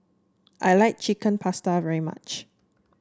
I like Chicken Pasta very much